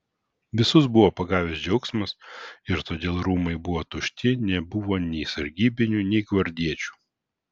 visus buvo pagavęs džiaugsmas ir todėl rūmai buvo tušti nebuvo nei sargybinių nei gvardiečių